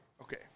Okay